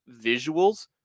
visuals